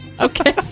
Okay